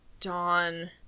dawn